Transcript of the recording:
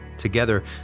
Together